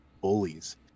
bullies